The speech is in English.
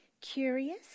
curious